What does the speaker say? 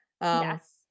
yes